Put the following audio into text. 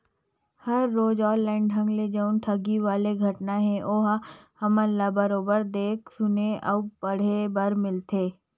हर रोज ऑनलाइन ढंग ले जउन ठगी वाले घटना हे ओहा हमन ल बरोबर देख सुने अउ पड़हे बर मिलत हे